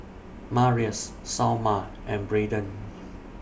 Marius Salma and Braiden